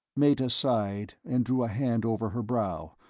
meta sighed and drew a hand over her brow,